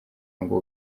ngo